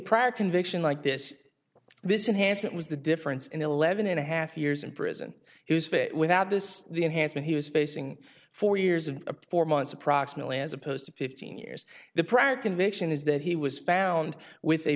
prior conviction like this this enhanced it was the difference in eleven and a half years in prison he was fit without this the enhancement he was facing four years of a performance approximately as opposed to fifteen years the prior conviction is that he was found with a